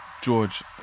George